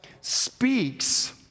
speaks